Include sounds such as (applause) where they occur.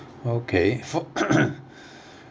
okay for (coughs)